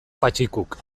patxikuk